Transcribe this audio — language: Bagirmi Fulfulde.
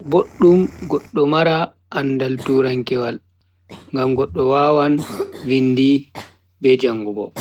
Boddum goddo mara andaal turankewol, ngam goddo wawan vindi be jangugo.